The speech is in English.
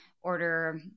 order